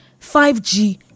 5G